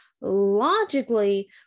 Logically